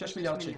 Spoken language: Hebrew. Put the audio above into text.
6 מיליארד שקלים.